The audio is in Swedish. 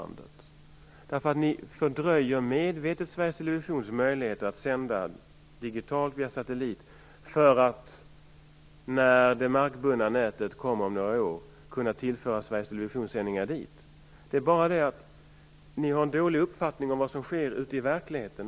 Ni fördröjer medvetet Sveriges Televisions möjligheter att sända digitalt via satellit för att, när det markbundna nätet kommer om några år, kunna föra Sveriges Televisions sändningar dit. Ni har en dålig uppfattning om vad som händer ute i verkligheten.